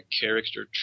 character